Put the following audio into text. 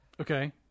Okay